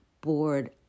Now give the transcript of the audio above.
board